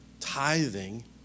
Tithing